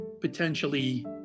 potentially